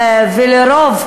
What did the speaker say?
לרוב,